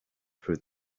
through